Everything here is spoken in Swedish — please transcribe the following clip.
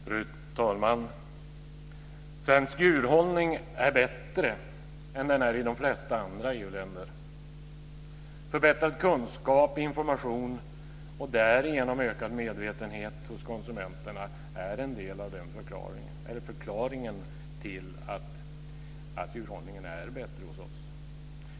Fru talman! Svensk djurhållning är bättre än i de flesta andra EU-länder. Förbättrad kunskap, information och därigenom ökad medvetenhet hos konsumenterna är en del av förklaringen till att djurhållningen är bättre hos oss.